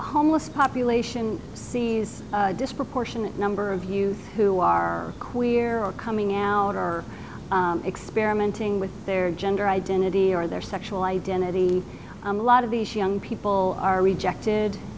homeless population sees a disproportionate number of you who are quiero coming out are experimenting with their gender identity or their sexual identity a lot of these young people are rejected